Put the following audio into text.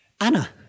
Anna